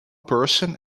person